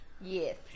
Yes